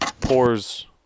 pours